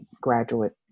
graduate